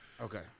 Okay